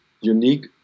unique